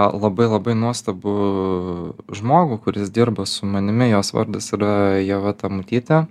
labai labai nuostabų žmogų kuris dirba su manimi jos vardas yra ieva tamutytė